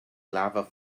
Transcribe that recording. lava